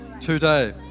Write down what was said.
today